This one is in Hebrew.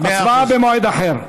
הצבעה במועד אחר.